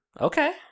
Okay